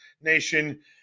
Nation